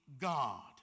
God